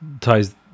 ties